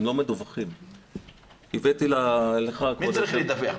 מי צריך לדווח?